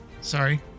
sorry